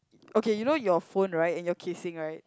okay you know your phone right and your casing right